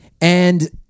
And-